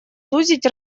сузить